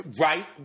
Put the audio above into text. Right